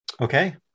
Okay